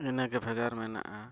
ᱤᱱᱟᱹ ᱜᱮ ᱵᱷᱮᱜᱟᱨ ᱢᱮᱱᱟᱜᱼᱟ